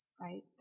right